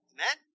Amen